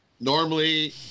Normally